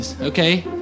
Okay